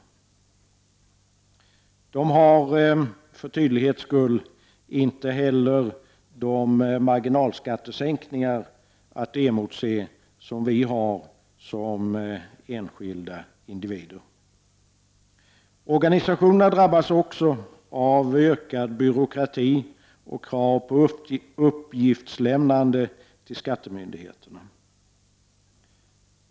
Jag vill för tydlighets skull säga att dessa organisationer inte kan se fram mot de marginalskattesänkningar som vi som enskilda individer kan räkna med. Organisationerna drabbas också av ökad byråkrati och krav på uppgiftslämnande till skattemyndigheterna.